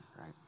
right